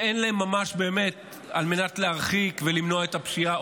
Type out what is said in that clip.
שאין בהן באמת כדי להרחיק ולמנוע את הפשיעה,